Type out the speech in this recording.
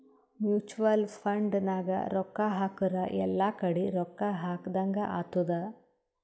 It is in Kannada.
ಮುಚುವಲ್ ಫಂಡ್ ನಾಗ್ ರೊಕ್ಕಾ ಹಾಕುರ್ ಎಲ್ಲಾ ಕಡಿ ರೊಕ್ಕಾ ಹಾಕದಂಗ್ ಆತ್ತುದ್